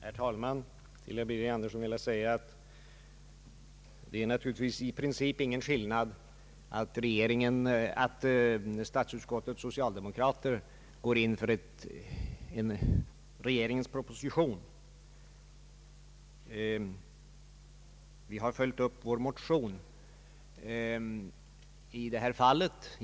Herr talman! Jag skulle till herr Birger Andersson vilja säga att det naturligtvis i princip inte är någon skillnad när statsutskottets socialdemokrater biträder regeringens proposition och när vi har följt upp vår motion i detta fall. Detta är en sak.